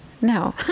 no